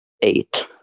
Eight